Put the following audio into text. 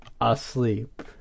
asleep